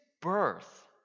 birth